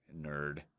nerd